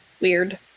Weird